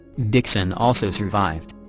dixon also survived.